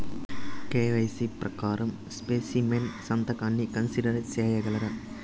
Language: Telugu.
కె.వై.సి ప్రకారం స్పెసిమెన్ సంతకాన్ని కన్సిడర్ సేయగలరా?